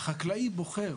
החקלאי בוחר.